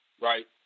Right